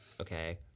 okay